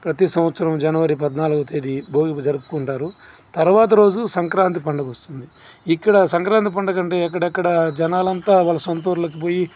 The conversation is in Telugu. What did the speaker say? ప్రతి సంవత్సరం జనవరి పద్నాగవ తేదీ భోగి జరుపుకుంటారు తర్వాత రోజు సంక్రాంతి పండుగ వస్తుంది ఇక్కడ సంక్రాంతి పండగ అంటే ఎక్కడెక్కడ జనాలు అంతా వాళ్ళ సొంత ఊరులకి పోయి